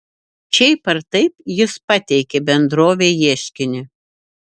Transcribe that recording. šiaip ar taip jis pateikė bendrovei ieškinį